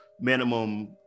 minimum